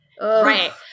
right